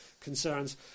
concerns